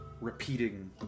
repeating